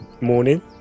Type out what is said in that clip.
morning